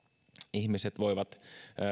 ihmiset voivat